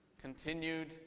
continued